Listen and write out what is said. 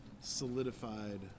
Solidified